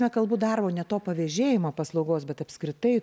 nekalbu darbo ne to pavėžėjimo paslaugos bet apskritai